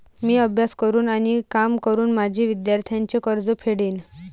मी अभ्यास करून आणि काम करून माझे विद्यार्थ्यांचे कर्ज फेडेन